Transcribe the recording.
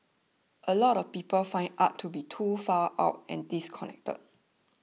a lot of people find art to be too far out and disconnected